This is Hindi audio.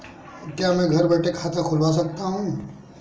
क्या मैं घर बैठे खाता खुलवा सकता हूँ?